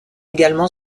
également